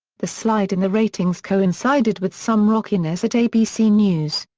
the slide in the ratings coincided with some rockiness at abc news.